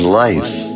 life